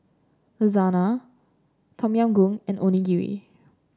Lasagna Tom Yam Goong and Onigiri